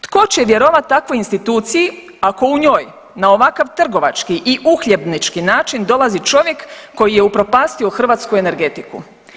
Tko će vjerovati takvoj instituciji ako u njoj na ovakav trgovački i uhljebnički način dolazi čovjek koji je upropastio hrvatsku energetiku?